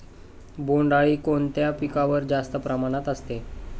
बोंडअळी कोणत्या पिकावर जास्त प्रमाणात असते?